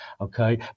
okay